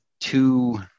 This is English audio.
two